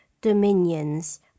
dominions